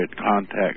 contact